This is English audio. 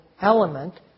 element